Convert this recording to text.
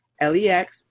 L-E-X